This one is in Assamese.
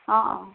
অঁ অঁ